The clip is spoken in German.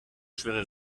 schwere